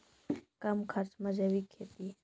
कम खर्च मे जैविक खेती?